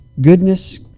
goodness